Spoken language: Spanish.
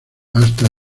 hasta